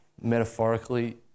metaphorically